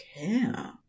care